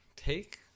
take